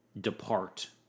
depart